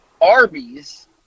Arby's